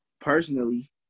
personally